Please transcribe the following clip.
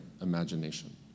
imagination